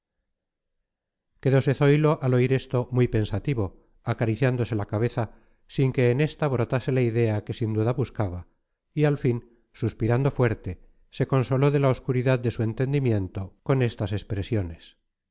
quedose zoilo al oír esto muy pensativo acariciándose la cabeza sin que en esta brotase la idea que sin duda buscaba y al fin suspirando fuerte se consoló de la obscuridad de su entendimiento con estas expresiones